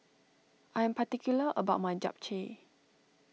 I am particular about my Japchae